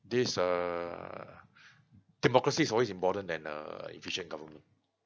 this err democracy is always important than err efficient government